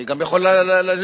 אני גם יכול לשער,